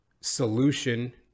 solution